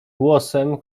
głosem